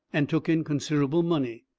and took in considerable money.